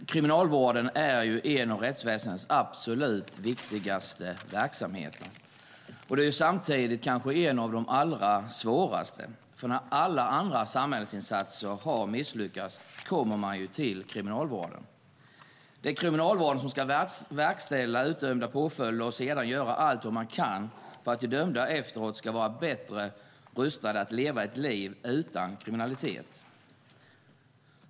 Herr talman! Kriminalvården är en av rättsväsendets absolut viktigaste verksamheter. Det är samtidigt en av de allra svåraste, för när alla andra samhällsinsatser har misslyckats kommer man till Kriminalvården. Det är Kriminalvården som ska verkställa utdömda påföljder och sedan göra allt den kan för att de dömda efteråt ska vara bättre rustade att leva ett liv utan kriminalitet.